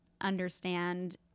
understand